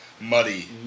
Muddy